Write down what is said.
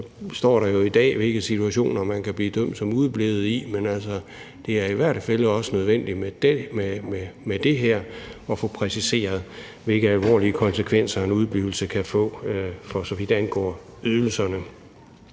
Nu står der jo i dag, hvilke situationer man kan blive dømt som udeblevet i, men det er i hvert fald også nødvendigt med det her at få præciseret, hvilke alvorlige konsekvenser en udeblivelse kan få, for så vidt angår ydelserne.